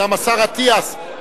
גם השר אטיאס,